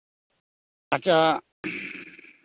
ᱟᱪᱪᱷᱟ